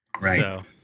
Right